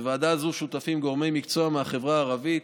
בוועדה זו שותפים גורמי מקצוע מהחברה הערבית,